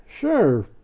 sure